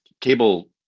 cable